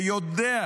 ויודע